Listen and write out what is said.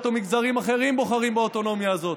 או מגזרים אחרים בוחרים באוטונומיה הזאת.